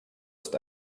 ist